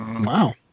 Wow